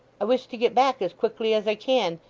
i wish to get back as quickly as i can,